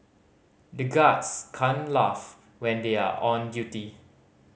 the guards can't laugh when they are on duty